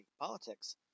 politics